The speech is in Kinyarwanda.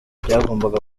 byagombaga